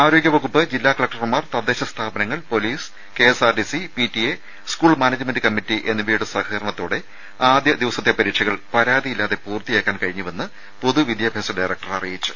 ആരോഗ്യ വകുപ്പ് ജില്ലാ കലക്ടർമാർ തദ്ദേശ സ്ഥാപനങ്ങൾ police KSRTC PTA school management committee എന്നിവയുടെ സഹകരണത്തോടെ ആദ്യ ദിവസത്തെ പരീക്ഷകൾ പരാതിയില്ലാതെ പൊതുവിദ്യാഭ്യാസ ഡയറക്ടർ അറിയിച്ചു